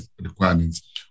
requirements